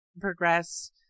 progress